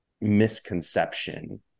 misconception